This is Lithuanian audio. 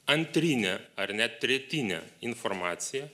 antrine ar net tretine informacija